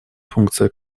функция